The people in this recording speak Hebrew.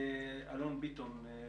אלון ביטון,